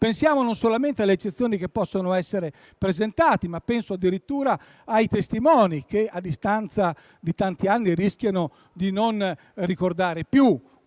Pensiamo non solamente alle eccezioni che possono essere presentate, ma addirittura ai testimoni, che, a distanza di tanti anni, rischiano di non ricordare più.